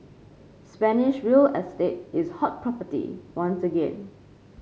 Spanish real estate is hot property once again